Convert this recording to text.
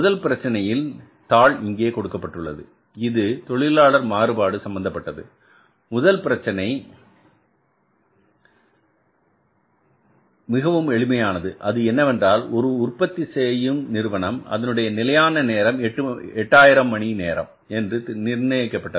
முதல் பிரச்சனையின் தாள் இங்கே கொடுக்கப்பட்டுள்ளது இது தொழிலாளர் மாறுபாடு சம்பந்தப்பட்டது முதல் பிரச்சினை மிகவும் எளிமையானது அது என்னவென்றால் ஒரு உற்பத்தி செய்யும் நிறுவனம் அதனுடைய நிலையான நேரம் என்பது 8000 மணி என்று நிர்ணயிக்கப்பட்டது